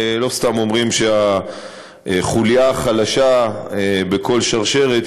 לא סתם אומרים שהחוליה החלשה בכל שרשרת